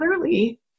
clearly